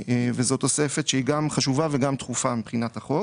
זו תוספת שהיא גם חשובה וגם דחופה מבחינת החוק.